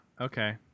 Okay